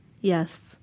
Yes